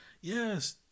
Yes